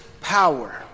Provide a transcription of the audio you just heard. power